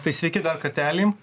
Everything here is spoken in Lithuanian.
tai sveiki dar kartelį